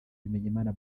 bimenyimana